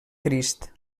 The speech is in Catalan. crist